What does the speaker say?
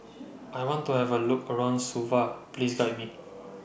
I want to Have A Look around Suva Please Guide Me